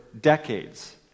decades